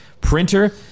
printer